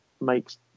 makes